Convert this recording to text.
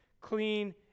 clean